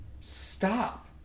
Stop